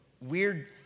weird